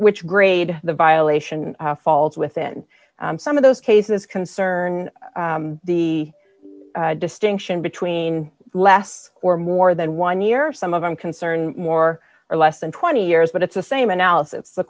which grade the violation falls within some of those cases concern the distinction between less or more than one year some of them concern more or less than twenty years but it's the same analysis the